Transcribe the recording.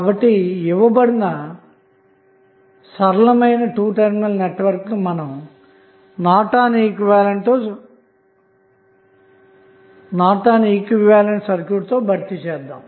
కాబట్టి మీరు ఇవ్వబడిన సరళమైన 2 టెర్మినల్ నెట్వర్క్ ను నార్టన్ ఈక్వివలెంట్ సర్క్యూట్ తో భర్తీ చేసారు